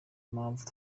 mpamvu